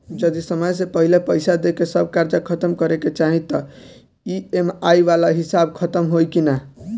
जदी समय से पहिले पईसा देके सब कर्जा खतम करे के चाही त ई.एम.आई वाला हिसाब खतम होइकी ना?